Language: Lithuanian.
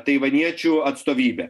taivaniečių atstovybė